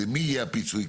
למי יהיה הפיצוי,